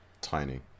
Tiny